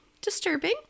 disturbing